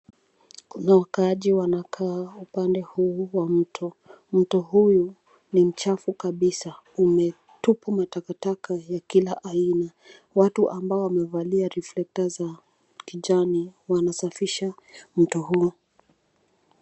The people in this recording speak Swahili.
Kuna wakaaji wanakaa upande huu wa mto. Mto huu ni mchafu kabisa. Umetupwa matakataka ya kila aina. Watu ambao wamevalia reflectors za kijani wanasafisha mto huo.